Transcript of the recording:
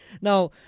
Now